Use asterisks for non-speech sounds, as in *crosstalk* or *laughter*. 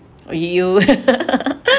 you *laughs*